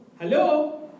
hello